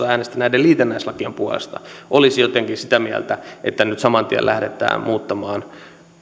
äänesti näiden liitännäislakien puolesta olisi jotenkin sitä mieltä että nyt saman tien lähdetään muuttamaan